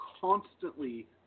constantly